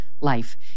life